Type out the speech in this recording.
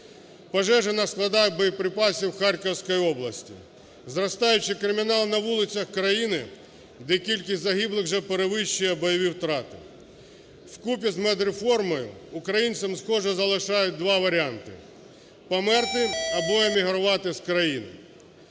пожежа на складах боєприпасів в Харківській області, зростаючий кримінал на вулицях країни, де кількість загиблих вже перевищує бойові втрати. Вкупі з медреформою, українцям, схоже, залишають два варіанти: померти або емігрувати з країни.